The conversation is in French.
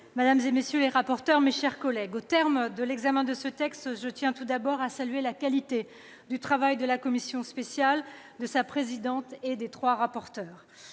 madame, messieurs les rapporteurs, mes chers collègues, au terme de l'examen de ce texte, je tiens tout d'abord à saluer la qualité du travail de la commission spéciale, de sa présidente et de ses trois rapporteurs.